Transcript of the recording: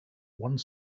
one